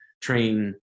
train